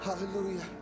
Hallelujah